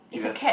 you have